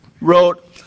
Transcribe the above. wrote